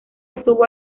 estuvo